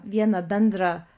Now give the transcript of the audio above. vieną bendrą